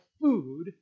food